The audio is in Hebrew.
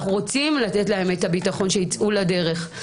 אנחנו רוצים לתת להם את הביטחון שייצאו לדרך.